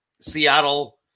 Seattle